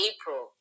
April